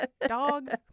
Dog